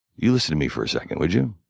you listen to me for a second, would you?